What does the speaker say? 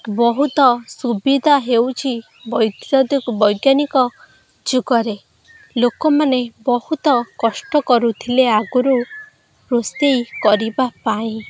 ବହୁତ ସୁବିଧା ହେଉଛି ବୈଜ୍ଞାନିକ ଯୁଗରେ ଲୋକମାନେ ବହୁତ କଷ୍ଟ କରୁଥିଲେ ଆଗରୁ ରୋଷେଇ କରିବା ପାଇଁ